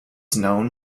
known